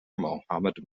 mohammed